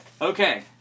Okay